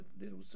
little